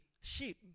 sheep